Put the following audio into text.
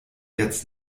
jetzt